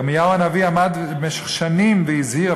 ירמיהו הנביא עמד במשך שנים והזהיר,